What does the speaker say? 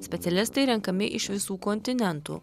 specialistai renkami iš visų kontinentų